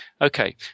Okay